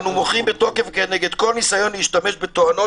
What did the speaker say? אנו מוחים בתוקף כנגד כל ניסיון להשתמש בתואנות